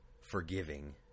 forgiving